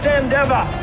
endeavor